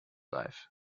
life